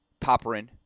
Popperin